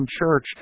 church